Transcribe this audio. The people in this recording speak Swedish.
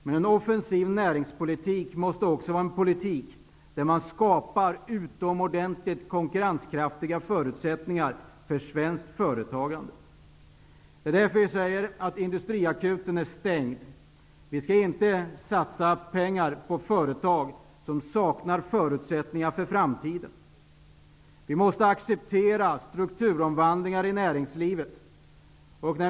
Men en offensiv näringspolitik måste också vara en politik där man skapar utomordentligt konkurrenskraftiga förutsättningar för svenskt företagande. Det är därför vi säger att industriakuten är stängd. Vi skall inte satsa pengar på företag som saknar förutsättningar för framtiden. Vi måste acceptera strukturomvandlingar i näringslivet.